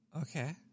Okay